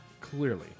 Clearly